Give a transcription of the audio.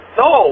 no